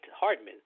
Hardman